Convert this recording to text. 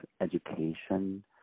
education